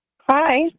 Hi